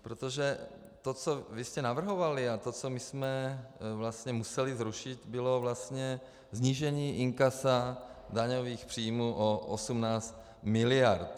Protože to, co vy jste navrhovali, a to, co my jsme vlastně museli zrušit, bylo vlastně snížení inkasa daňových příjmů o 18 miliard.